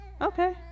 okay